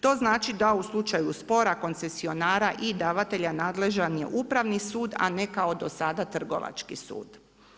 To znači da u slučaju spora koncesionara i davatelja nadležan je Upravni sud, a ne kao do sada Trgovački sud.